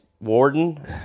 warden